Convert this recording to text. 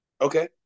okay